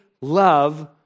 love